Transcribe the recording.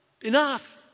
Enough